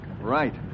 Right